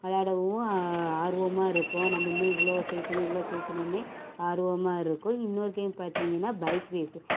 விளாடவும் ஆர்வமாக இருக்கும் நம்ம இன்னும் இவ்வளோ சேர்க்கணும் இவ்வளோ சேர்க்கணுனே ஆர்வமாக இருக்கும் இன்னொரு கேம் பார்த்தீங்கன்னா பைக் ரேஸ்ஸு